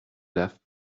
left